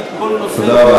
כל נושא,